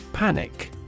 Panic